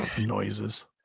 Noises